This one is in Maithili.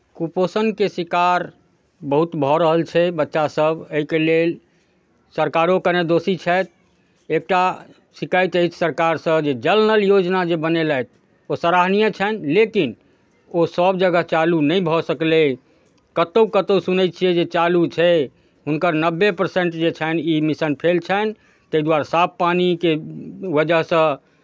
कुपोषणके शिकार बहुत भऽ रहल छै बच्चासभ एहिके लेल सरकारो कने दोषी छथि एकटा शिकायत अछि सरकारसँ जे जल नल योजना जे बनेलथि ओ सराहनीय छनि लेकिन ओ सभ जगह चालू नहि भऽ सकलै कतहु कतहु सुनै छियै जे चालू छै हुनकर नब्बे परसेंट जे छनि ई मिशन फेल छनि ताहि दुआरे साफ पानिके वजहसँ